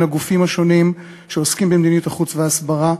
הגופים השונים שעוסקים במדיניות החוץ וההסברה.